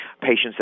patients